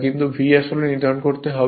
কিন্তু V আমাদের নির্ধারণ করতে হবে